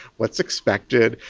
what's expected.